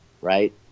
right